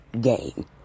game